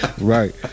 Right